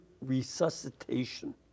resuscitation